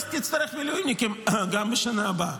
אז תצטרך מילואימניקים גם בשנה הבאה.